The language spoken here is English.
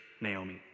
Naomi